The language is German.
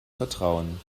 vertrauen